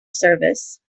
service